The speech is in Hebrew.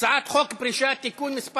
הצעת חוק זכויות הסטודנט (תיקון מס'